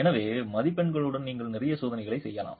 எனவே மதிப்பெண்களுடன் நீங்கள் நிறைய சோதனைகளைச் செய்யலாம்